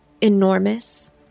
enormous